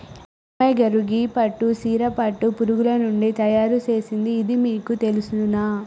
అమ్మగారు గీ పట్టు సీర పట్టు పురుగులు నుండి తయారు సేసింది ఇది మీకు తెలుసునా